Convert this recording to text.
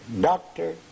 doctor